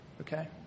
Okay